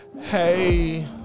Hey